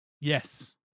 Yes